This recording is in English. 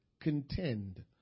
contend